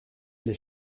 les